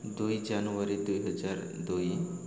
ଦୁଇ ଜାନୁଆରୀ ଦୁଇହଜାର ଦୁଇ